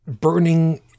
burning